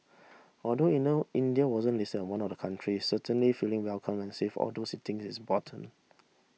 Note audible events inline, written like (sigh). (noise) although (unintelligible) India wasn't list as one of the countries certainly feeling welcome and safe all those things is important